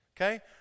okay